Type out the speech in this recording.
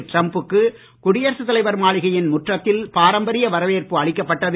டிரம்புக்கு குடியரசுத் தலைவர் மாளிகையின் முற்றத்தில் பாரம்பரிய வரவேற்பு அளிக்கப்பட்டது